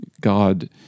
God